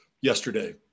yesterday